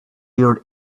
your